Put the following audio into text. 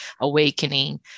awakening